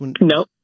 no